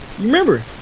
Remember